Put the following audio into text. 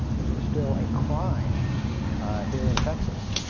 it was still a crime here in texas